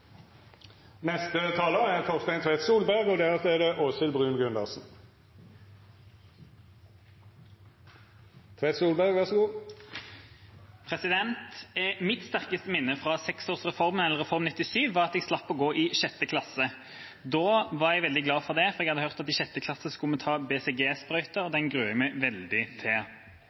Mitt sterkeste minne av seksårsreformen, eller Reform 97, var at jeg slapp å gå i 6. klasse. Da var jeg veldig glad for det, for jeg hadde hørt at i 6. klasse skulle vi ta BCG-sprøyte, og den gruet jeg meg veldig til.